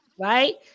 Right